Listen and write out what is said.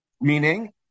Meaning